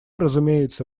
разумеется